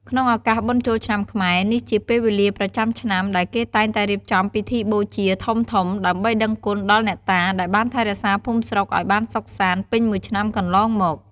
ក្នុងឱកាសបុណ្យចូលឆ្នាំខ្មែរ នេះជាពេលវេលាប្រចាំឆ្នាំដែលគេតែងតែរៀបចំពិធីបូជាធំៗ ដើម្បីដឹងគុណដល់អ្នកតាដែលបានថែរក្សាភូមិស្រុកឲ្យបានសុខសាន្តពេញមួយឆ្នាំកន្លងមក។